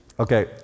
Okay